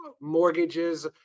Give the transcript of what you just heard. mortgages